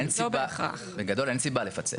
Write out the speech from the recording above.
אבל בגדול אין סיבה לפצל.